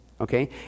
okay